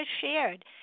shared